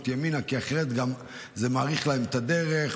ימינה כי אחרת זה גם מאריך להם את הדרך,